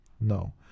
no